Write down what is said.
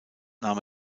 nahm